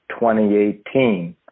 2018